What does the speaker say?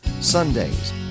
Sundays